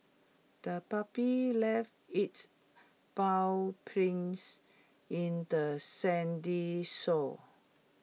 the puppy left its paw prints in the sandy shore